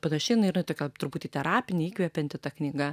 panaši jinai yra tokia truputį terapinė įkvepianti ta knyga